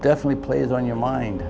definitely plays on your mind